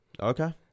Okay